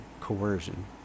coercion